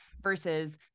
Versus